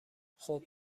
خوب